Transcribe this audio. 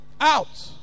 Out